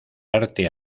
arte